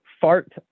fart